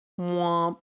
Womp